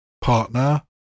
partner